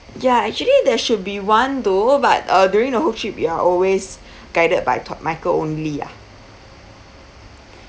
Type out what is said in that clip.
ya actually there should be one though but uh during the whole trip you are always guided by to~ michael only ah